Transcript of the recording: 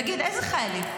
תגיד, איזה חיילים?